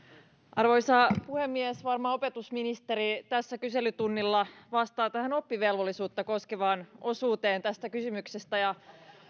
arvoisa puhemies varmaan opetusministeri täällä kyselytunnilla vastaa tähän oppivelvollisuutta koskevaan osuuteen tästä kysymyksestä ja